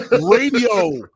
radio